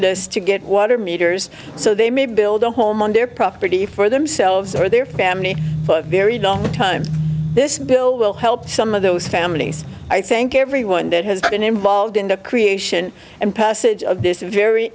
us to get water meters so they may build a home on their property for themselves or their family but very time this bill will help some of those families i thank everyone that has been involved in the creation and passage of this very